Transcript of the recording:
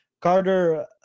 Carter